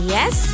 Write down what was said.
Yes